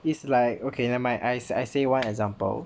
it's like okay nevermind I say one example